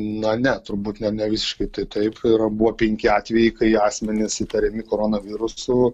na ne turbūt ne nevisiškai tai taip yra buvo penki atvejai kai asmenys įtariami koronavirusu